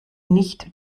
nicht